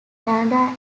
canada